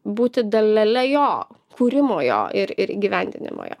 būti dalele jo kūrimo jo ir ir įgyvendinamo jo